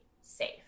safe